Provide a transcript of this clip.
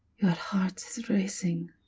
your heart is racing.